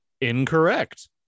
Incorrect